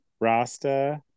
Rasta